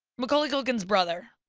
macaulay culkin's brother.